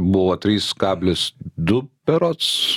buvo trys kablis du berods